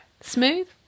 Smooth